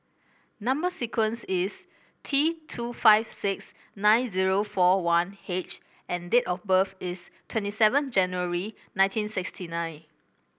number sequence is T two five six nine zero four one H and date of birth is twenty seven January nineteen sixty nine